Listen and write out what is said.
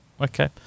okay